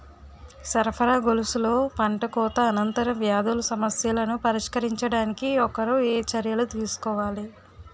సరఫరా గొలుసులో పంటకోత అనంతర వ్యాధుల సమస్యలను పరిష్కరించడానికి ఒకరు ఏ చర్యలు తీసుకోవాలి?